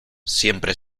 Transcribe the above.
siempre